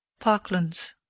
parklands